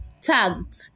tagged